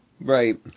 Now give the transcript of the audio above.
Right